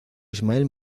ismael